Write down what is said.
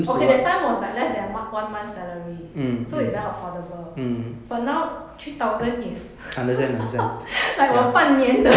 okay that time was like less than o~ one month salary so it's very affordable but now three thousand is like 我半年的